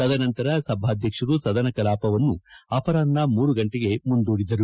ತದನಂತರ ಸಭಾಧ್ಯಕ್ಷರು ಸದನ ಕಲಾಪವನ್ನು ಅಪರಾಹ್ನ ಮೂರು ಗಂಟೆಗೆ ಮುಂದೂಡಿದರು